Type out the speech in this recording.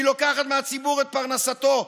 היא לוקחת מהציבור את פרנסתו.